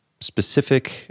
specific